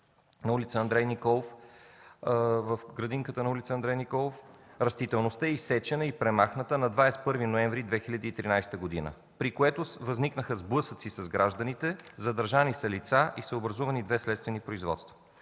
на тези 37 дървета в градинката на ул. „Андрей Николов”, растителността е отсечена и премахната на 21 ноември 2013 г. При това възникнаха сблъсъци с гражданите, задържани са лица и са образувани две следствени производства.